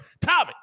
Tommy